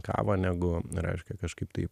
kavą negu reiškia kažkaip tai